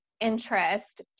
Interest